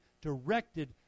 directed